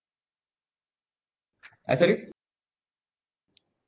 uh sorry